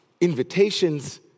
invitations